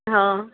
હા